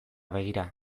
begira